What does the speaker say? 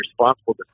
responsible